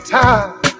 time